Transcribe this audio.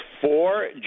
four